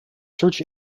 search